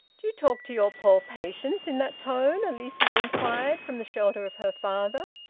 do you talk to your poor patients in that tone? alicia inquired, from the shelter of her father.